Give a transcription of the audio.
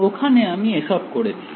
ওখানে আমি এসব করেছি